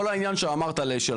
כל העניין שאמרת אש"ל,